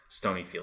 Stonyfield